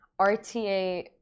RTA